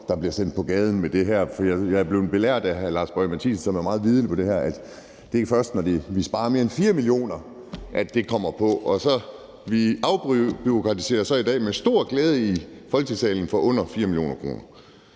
der bliver sendt på gaden med det her. For jeg er blevet belært af hr. Lars Boje Mathiesen, som er meget vidende på det her område, om, at det først er, når vi sparer mere end 4 mio. kr., at det sker. Vi afbureaukratiserer så i dag med stor glæde i Folketingssalen for under 4 mio. kr.